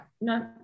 no